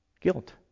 guilt